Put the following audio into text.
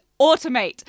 automate